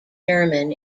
german